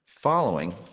following